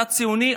אתה ציוני,